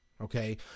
Okay